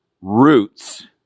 roots